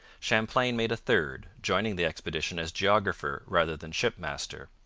champlain made a third, joining the expedition as geographer rather than shipmaster.